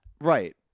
Right